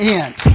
end